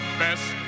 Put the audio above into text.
best